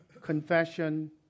confession